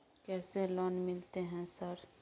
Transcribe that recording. कैसे लोन मिलते है सर?